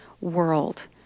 world